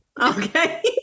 okay